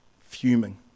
fuming